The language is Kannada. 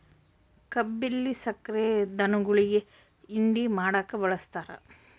ಕಬ್ಬಿಲ್ಲಿ ಸಕ್ರೆ ಧನುಗುಳಿಗಿ ಹಿಂಡಿ ಮಾಡಕ ಬಳಸ್ತಾರ